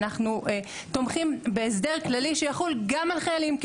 אנחנו תומכים בהסדר כללי שיחול גם על חיילים,